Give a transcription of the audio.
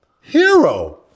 Hero